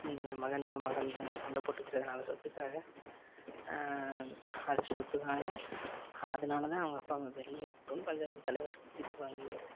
இந்த மகன்கள் மகள்கள் சண்டை போட்டுக்கிறதுனால் சொத்துக்காக அது சொத்துக்காக அதனால் தான் அவங்க அப்பா அம்மா பேரிலயே இருக்குட்டுன்னு பஞ்சாயத்துத் தலைவர் தீர்ப்பு வழங்குவாரு